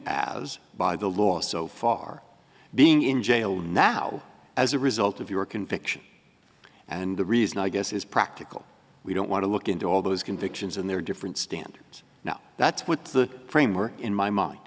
as by the law so far being in jail now as a result of your conviction and the reason i guess is practical we don't want to look into all those convictions and there are different standards now that's what the framework in my mind